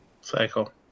Cycle